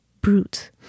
brute